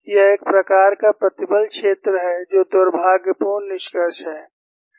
यह एक प्रकार का प्रतिबल क्षेत्र है जो एक दुर्भाग्यपूर्ण निष्कर्ष है